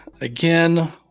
again